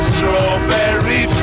Strawberry